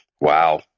wow